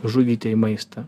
žuvytei maistą